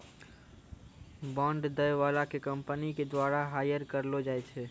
bond दै बाला के कंपनी के द्वारा हायर करलो जाय छै